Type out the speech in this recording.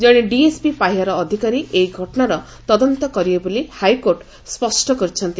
ଜଣେ ଡିଏସ୍ପି ପାହ୍ୟାର ଅଧିକାରୀ ଏହି ଘଟଶାର ତଦନ୍ତ କରିବେ ବୋଲି ହାଇକୋର୍ଚ ସ୍ୱଷ୍ କରିଛନ୍ତି